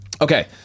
okay